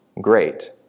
great